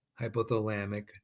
hypothalamic